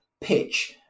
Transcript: pitch